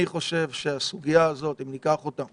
אני חושב שאם ניקח את הסוגיה הזאת